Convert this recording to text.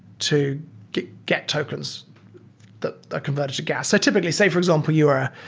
to get get tokens that ah converted to gas. typically, say for example you are ah